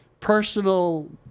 personal